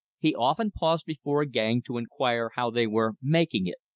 he often paused before a gang to inquire how they were making it.